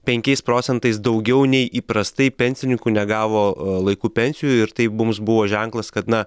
penkiais procentais daugiau nei įprastai pensininkų negavo laiku pensijų ir tai mums buvo ženklas kad na